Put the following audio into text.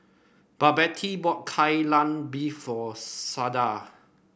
Babette bought Kai Lan Beef for Sada